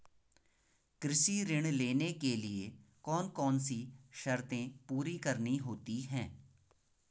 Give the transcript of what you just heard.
कृषि ऋण लेने के लिए कौन कौन सी शर्तें पूरी करनी होती हैं?